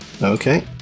Okay